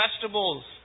vegetables